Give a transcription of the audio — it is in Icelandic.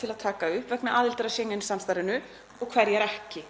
til að taka upp vegna aðildar að Schengen-samningnum og hverjar ekki.